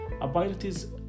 abilities